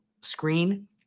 screen